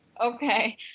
Okay